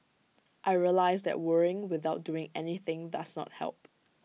I realised that worrying without doing anything does not help